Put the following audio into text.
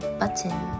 button